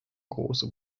große